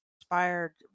inspired